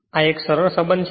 આ એક સરળ સંબંધ છે